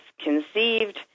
conceived